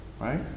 Right